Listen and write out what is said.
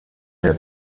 der